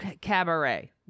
Cabaret